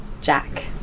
Jack